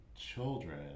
children